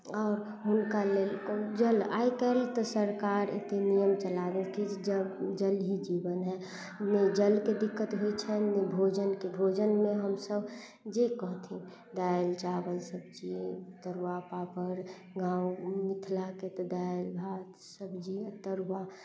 आओर हुनका लेल जल आइ काल्हि तऽ सरकार एते नियम चला देलखिन जे जल जल ही जीवन है नहि जलके दिक्कत होइ छनि नहि भोजनके भोजनमे हमसब जे कहथिन दालि चावल सब्जी तरुआ पापड़ गाँव मिथिलाके तऽ दालि भात सब्जी आ तरुआ